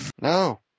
no